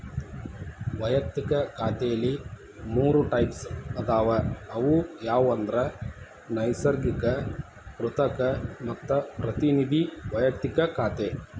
ವಯಕ್ತಿಕ ಖಾತೆಲಿ ಮೂರ್ ಟೈಪ್ಸ್ ಅದಾವ ಅವು ಯಾವಂದ್ರ ನೈಸರ್ಗಿಕ, ಕೃತಕ ಮತ್ತ ಪ್ರತಿನಿಧಿ ವೈಯಕ್ತಿಕ ಖಾತೆ